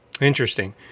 Interesting